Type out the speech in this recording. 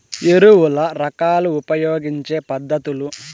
ఎరువుల రకాలు ఉపయోగించే పద్ధతులు?